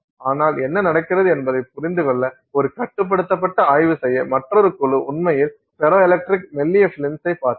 ஆனால் என்ன நடக்கிறது என்பதைப் புரிந்துகொள்ள ஒரு கட்டுப்படுத்தப்பட்ட ஆய்வு செய்ய மற்றொரு குழு உண்மையில் ஃபெரோ எலக்ட்ரிக் மெல்லிய பிலிம்சை பார்த்தது